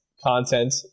content